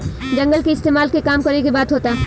जंगल के इस्तेमाल के कम करे के बात होता